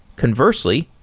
conversely,